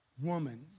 woman